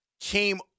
came